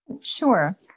Sure